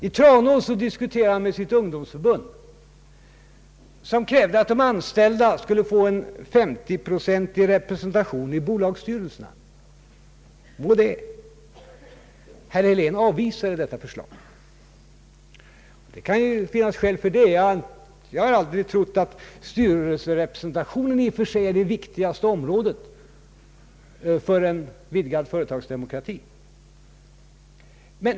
I Tranås diskuterade han med sitt ungdomsförbund, som krävde att de anställda skulle få en 50-procentig representation i bolagsstyrelserna. Herr Helén avvisade förslaget, och det kan finnas skäl för det. Jag har aldrig trott att styrelserepresentationen i och för sig är det viktigaste området för en vidgad företagsdemokrati.